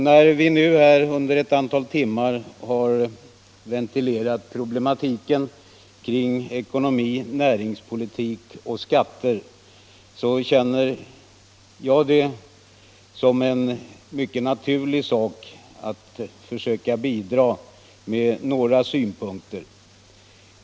När vi nu under ett antal timmar har ventilerat problematiken kring ekonomi, näringspolitik och skatter känns det naturligt för mig att försöka bidra med några synpunkter.